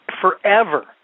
forever